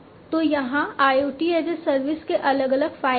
तो यहाँ IoT as a service के अलग अलग फायदे हैं